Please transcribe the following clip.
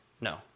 No